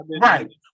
Right